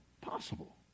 possible